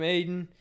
Aiden